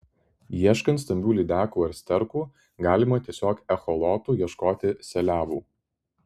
ieškant stambių lydekų ar sterkų galima tiesiog echolotu ieškoti seliavų